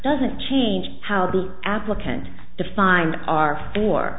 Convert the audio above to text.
doesn't change how the applicant defined are for